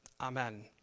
Amen